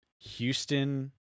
Houston